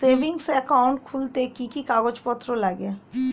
Savings account খুলতে কি কি কাগজপত্র লাগে?